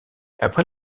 après